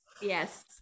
Yes